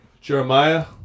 Jeremiah